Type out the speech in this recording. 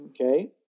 okay